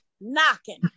knocking